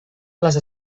les